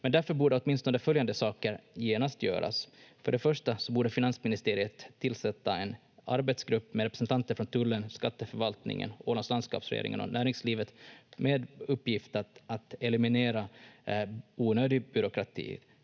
Men därför borde åtminstone följande saker genast göras: För det första borde finansministeriet tillsätta en arbetsgrupp med representanter från Tullen, Skatteförvaltningen, Ålands landskapsregering och näringslivet med uppgift att eliminera onödig byråkrati.